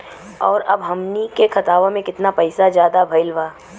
और अब हमनी के खतावा में कितना पैसा ज्यादा भईल बा?